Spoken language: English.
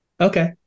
Okay